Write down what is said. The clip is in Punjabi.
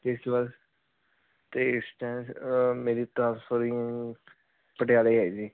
ਇਸ ਵਕਤ ਤੇ ਇਸ ਟਾਈਮ ਮੇਰੀ ਟਰਾਂਸਫਰਿੰਗ ਪਟਿਆਲੇ ਹੈ ਜੀ